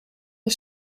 een